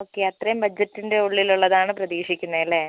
okay അത്രയും ബഡ്ജറ്റിൻ്റെ ഉള്ളിലുള്ളതാണ് പ്രതീക്ഷിക്കുന്നത് അല്ലേ